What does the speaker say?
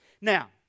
Now